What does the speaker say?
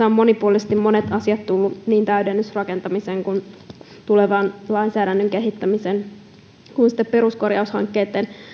ovat monipuolisesti monet asiat tulleet esiin niin täydennysrakentamisen kuin tulevan lainsäädännön kehittämisen kuin peruskorjaushankkeitten